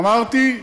אמרתי: